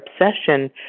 obsession